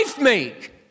make